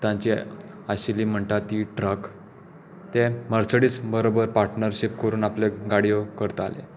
तांच्या आशिल्ली म्हणटा ती ट्रक ते मर्सडीस बरोबर पार्टनर अशें करून आपले गाडयो करताले